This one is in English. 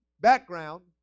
background